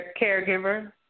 Caregiver